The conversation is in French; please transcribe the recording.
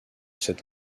cet